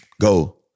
Go